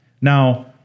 Now